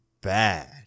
bad